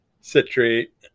citrate